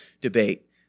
debate